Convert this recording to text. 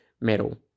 metal